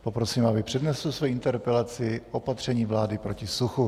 Poprosím, aby přednesl svoji interpelaci opatření vlády proti suchu.